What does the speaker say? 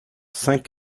cinq